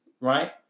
right